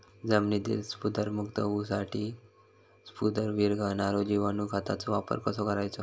जमिनीतील स्फुदरमुक्त होऊसाठीक स्फुदर वीरघळनारो जिवाणू खताचो वापर कसो करायचो?